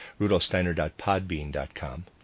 RudolfSteiner.Podbean.com